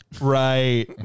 Right